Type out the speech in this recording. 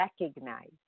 recognize